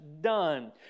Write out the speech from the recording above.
done